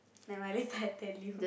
never mind later I tell you